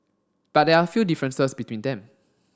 but there are a few differences between them